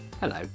Hello